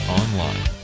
online